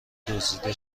دزدیده